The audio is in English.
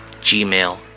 gmail